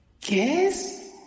guess